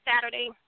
Saturday